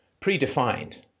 predefined